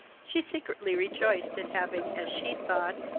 she secretly rejoiced at having, as she thought,